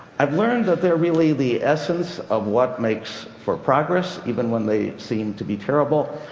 i've learned that they're really the essence of what makes for progress, even when they seem to be terrible.